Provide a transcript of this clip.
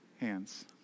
hands